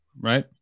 Right